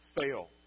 fail